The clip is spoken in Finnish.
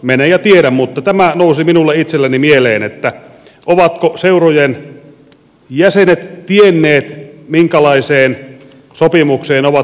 mene ja tiedä mutta tämä nousi minulle itselleni mieleen ovatko seurojen jäsenet tienneet minkälaiseen sopimukseen ovat suostumassa